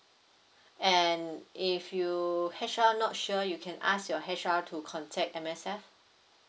and if you H_R not sure you can ask your H_R to contact M_S_F